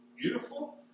beautiful